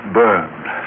burned